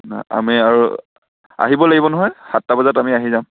আমি আৰু আহিব লাগিব নহয় সাতটা বজাত আমি আহি যাম